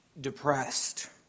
depressed